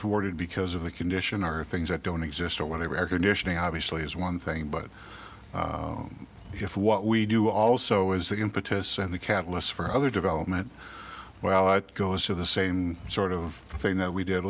thwarted because of the condition are things that don't exist or whatever airconditioning obviously is one thing but if what we do also is the impetus and the catalyst for other development well it goes to the same sort of thing that we did